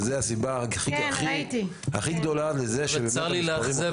זו הסיבה הכי גדולה לזה --- צר לי לאכזב,